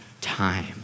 time